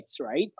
right